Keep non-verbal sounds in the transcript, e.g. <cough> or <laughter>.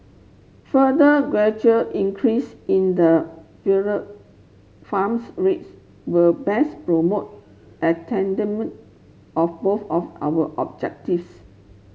further gradual increase in the <unintelligible> farms rates will best promote <unintelligible> of both of our objectives